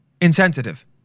insensitive